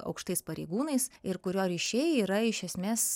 aukštais pareigūnais ir kurio ryšiai yra iš esmės